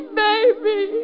baby